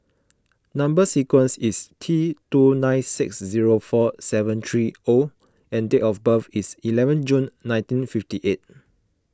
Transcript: Number Sequence is T two nine six zero four seven three O and date of birth is eleven June nineteen fifty eight